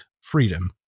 freedom